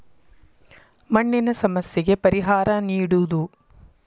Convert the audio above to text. ಮಣ್ಣಿನ ಸಮಸ್ಯೆಗೆ ಪರಿಹಾರಾ ನೇಡುದು